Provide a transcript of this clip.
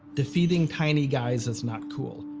defeating tiny guys is not cool.